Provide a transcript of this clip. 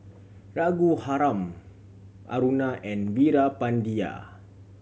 Raghuram Aruna and Veerapandiya